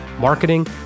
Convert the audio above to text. marketing